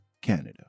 Canada